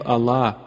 Allah